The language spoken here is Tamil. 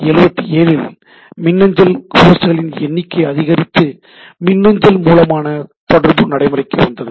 77 இல் மின்னஞ்சல் ஹோஸ்ட்களின் எண்ணிக்கை அதிகரித்து மின்னஞ்சல் மூலமான தொடர்பு நடைமுறைக்கு வந்தது